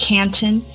Canton